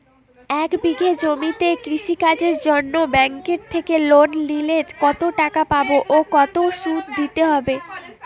এক বিঘে জমিতে কৃষি কাজের জন্য ব্যাঙ্কের থেকে লোন নিলে কত টাকা পাবো ও কত শুধু দিতে হবে?